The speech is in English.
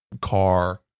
car